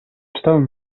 czytałem